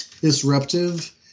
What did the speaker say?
disruptive